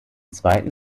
zweiten